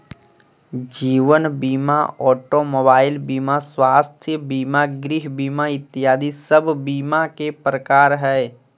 जीवन बीमा, automobile बीमा, स्वास्थ्य बीमा, गृह बीमा इत्यादि सब बीमा के प्रकार हय